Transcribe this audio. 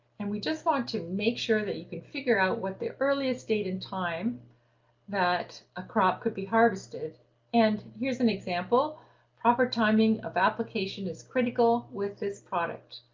and we just want to make sure that you can figure out what the earliest date and time that a crop could be harvested and here's an example proper timing of application is critical with this product.